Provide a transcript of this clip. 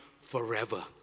forever